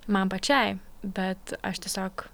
man pačiai bet aš tiesiog